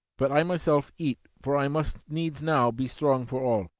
but i myself eat, for i must needs now be strong for all.